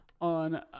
on